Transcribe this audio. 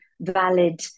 valid